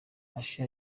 usher